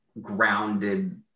grounded